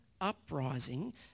uprising